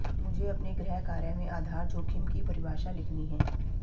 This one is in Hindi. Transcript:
मुझे अपने गृह कार्य में आधार जोखिम की परिभाषा लिखनी है